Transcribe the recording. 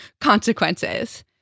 consequences